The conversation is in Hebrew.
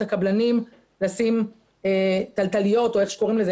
הקבלנים לשים תלתליות או איך שקוראים לזה.